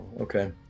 Okay